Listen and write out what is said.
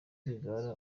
rwigara